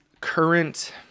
current